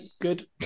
good